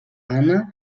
anna